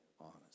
honest